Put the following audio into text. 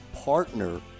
partner